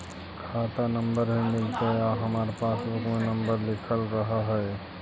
खाता नंबर भी मिलतै आउ हमरा पासबुक में नंबर लिखल रह है?